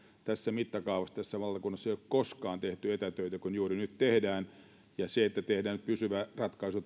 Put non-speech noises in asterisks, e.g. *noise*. tässä mittakaavassa tässä valtakunnassa ei ole koskaan tehty etätöitä kuin juuri nyt tehdään ja se että tehdään nyt pysyvä ratkaisu *unintelligible*